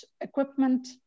equipment